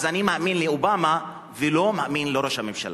אני מאמין לאובמה ולא מאמין לראש הממשלה.